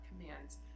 commands